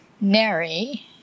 Nary